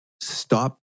stop